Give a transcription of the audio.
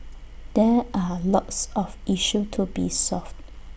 there are lots of issues to be solved